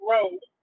Road